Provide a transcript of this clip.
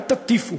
אל תטיפו,